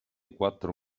quattro